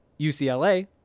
UCLA